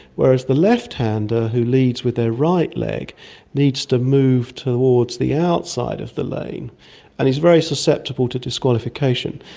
whereas the left-hander who leads with their right leg needs to move towards the outside of the lane and is very susceptible to disqualification.